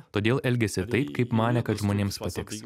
todėl elgėsi taip kaip manė kad žmonėms patiks